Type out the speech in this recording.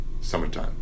summertime